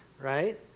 right